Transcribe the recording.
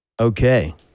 Okay